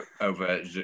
over